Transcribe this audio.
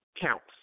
counts